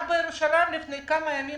רק בירושלים לפני כמה ימים